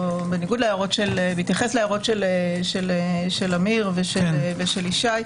בניגוד ובהתייחס להערות של עמיר ושל ישי,